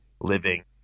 living